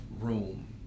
room